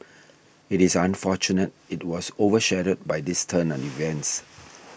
it is unfortunate it was over shadowed by this turn of events